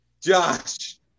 Josh